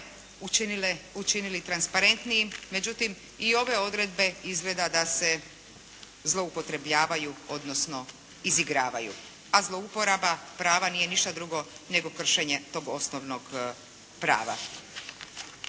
učinili transparentnijim. Međutim, i ove odredbe izgleda da se zloupotrebljavaju odnosno izigravaju a zlouporaba prava nije ništa drugo nego kršenje tog osnovnog prava.